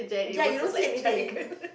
ya you don't see anything